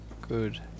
Good